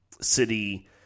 City